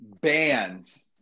bands